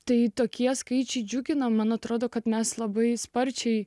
tai tokie skaičiai džiugina man atrodo kad mes labai sparčiai